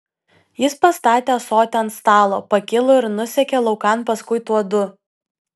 jis pastatė ąsotį ant stalo pakilo ir nusekė laukan paskui tuodu